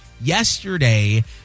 Yesterday